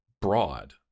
broad